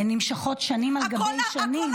הן נמשכות שנים על גבי שנים.